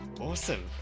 Awesome